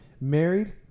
married